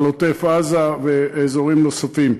על עוטף-עזה ואזורים נוספים.